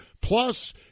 Plus